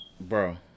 Bro